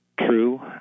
true